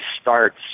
starts